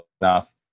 enough